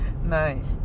Nice